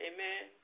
Amen